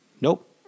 Nope